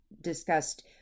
discussed